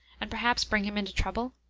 and perhaps bring him into trouble?